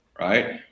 Right